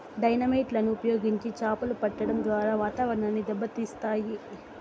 dynamite లను ఉపయోగించి చాపలు పట్టడం ద్వారా వాతావరణాన్ని దెబ్బ తీస్తాయి